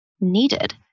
needed